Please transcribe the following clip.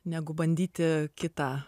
negu bandyti kitą